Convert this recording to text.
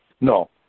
No